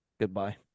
goodbye